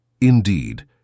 Indeed